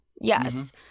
Yes